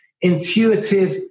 intuitive